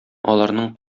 аларның